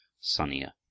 sunnier